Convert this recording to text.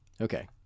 Okay